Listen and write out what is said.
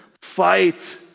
fight